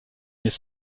mais